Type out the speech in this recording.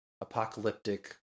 apocalyptic